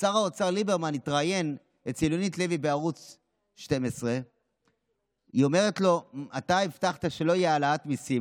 שר האוצר ליברמן התראיין אצל יונית לוי בערוץ 12. היא אומרת לו: אתה הבטחת שלא תהיה העלאת מיסים,